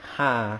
!huh!